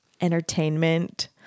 entertainment